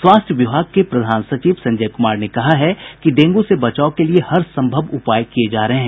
स्वास्थ्य विभाग के प्रधान सचिव संजय कुमार ने कहा कि डेंगू से बचाव के लिए हर सम्भव उपाय किये जा रहे हैं